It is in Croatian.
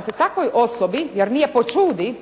se takvoj osobi, jer nije po ćudi,